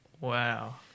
Wow